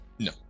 No